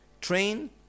train